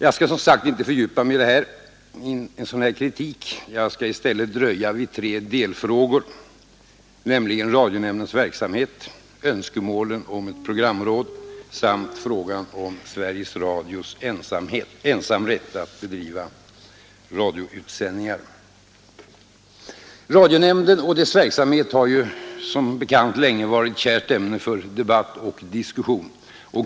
Jag skall som sagt inte fördjupa mig i sådan kritik, utan jag skall i stället dröja vid tre delfrågor, nämligen radionämndens verksamhet och önskemålen om ett programråd samt frågan om Sveriges Radios ensamrätt att bedriva radioutsändningar. Radionämnden och dess verksamhet har som bekant länge varit ett kärt ämne för debatt och diskussion.